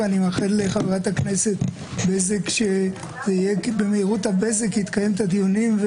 ואני מאחל לחברת הכנסת בזק שבמהירות הבזק היא תקיים את הדיונים,